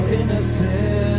innocent